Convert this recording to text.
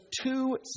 two